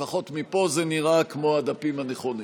לפחות מפה זה נראה כמו הדפים הנכונים,